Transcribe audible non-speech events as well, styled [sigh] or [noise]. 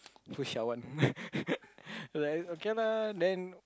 who's Shawan [laughs] like okay lah then